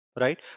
right